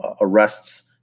arrests